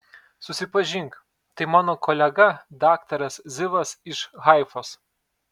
susipažink tai mano kolega daktaras zivas iš haifos